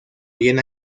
bien